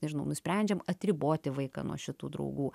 nežinau nusprendžiam atriboti vaiką nuo šitų draugų